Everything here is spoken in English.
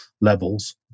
levels